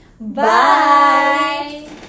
Bye